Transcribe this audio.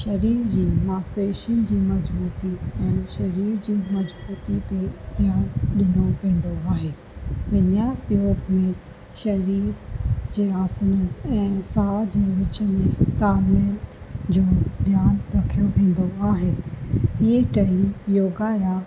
शरीर जी मांसपेशयुनि जी मज़बूती ऐं शरीर जी मज़बूती ते ध्यानु ॾिनो वेंदो आहे विनियास योग में शरीर जे आसन ऐं साह जे विच में तालुमेल जो ध्यानु रखियो वेंदो आहे इहे टई योगा जा